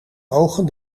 ogen